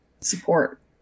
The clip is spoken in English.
support